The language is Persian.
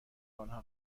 آنها